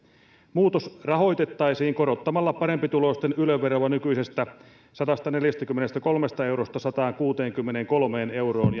muutos rahoitettaisiin korottamalla parempituloisten yle veroa nykyisestä sadastaneljästäkymmenestäkolmesta eurosta sataankuuteenkymmeneenkolmeen euroon